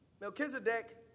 Melchizedek